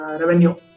revenue